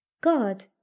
God